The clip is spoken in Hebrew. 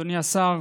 אדוני השר,